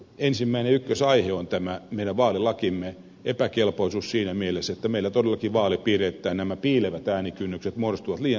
ensimmäinen ja ykkösaihe on tämä meidän vaalilakimme epäkelpoisuus siinä mielessä että meillä todellakin vaalipiireittäin nämä piilevät äänikynnykset muodostuvat liian suuriksi